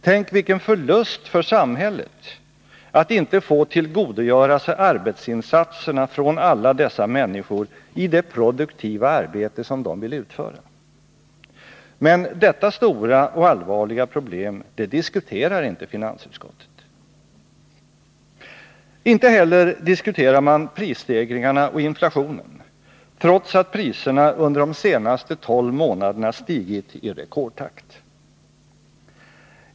Tänk vilken förlust för samhället att inte få tillgodogöra sig arbetsinsatserna från alla dessa människor i det produktiva arbete som de vill utföra! Men detta stora och allvarliga problem diskuterar inte finansutskottet. Inte heller diskuterar man prisstegringarna och inflationen, trots att priserna under de senaste tolv månaderna stigit i rekordtakt.